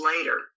later